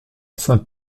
saint